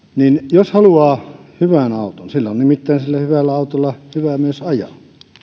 jos haluaa hyvän auton sillä hyvällä autolla on nimittäin hyvä myös ajaa